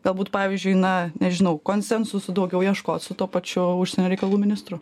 galbūt pavyzdžiui na nežinau konsensusų daugiau ieškot su tuo pačiu užsienio reikalų ministru